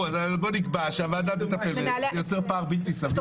בואו נקבע שהוועדה תטפל בזה כי זה יוצר פער בלתי-סביר.